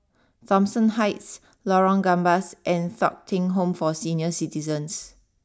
Thomson Heights Lorong Gambas and Thong Teck Home for Senior citizens